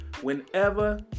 Whenever